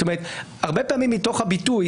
הרבה פעמים מתוך הביטוי,